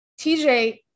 tj